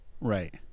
Right